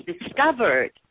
discovered